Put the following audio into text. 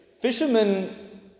Fishermen